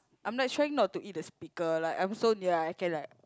I'm like trying not to eat the speaker like I'm so near I can like